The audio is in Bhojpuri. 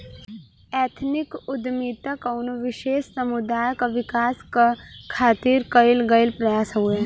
एथनिक उद्दमिता कउनो विशेष समुदाय क विकास क खातिर कइल गइल प्रयास हउवे